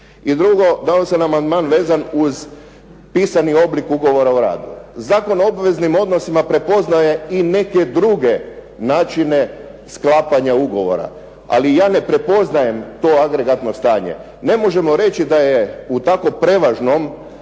I drugo, dao sam amandman vezan pisani oblik ugovora o radu. Zakon o obveznim odnosima prepoznaje i neke druge načina sklapanja ugovora, ali ja ne prepoznajem to agregatno stanje. Ne možemo reći da je u tako prevažnom